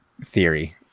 theory